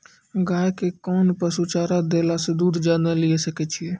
गाय के कोंन पसुचारा देला से दूध ज्यादा लिये सकय छियै?